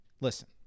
listen